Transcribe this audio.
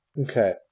Okay